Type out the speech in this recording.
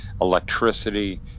electricity